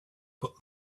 put